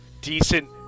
Decent